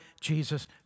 Jesus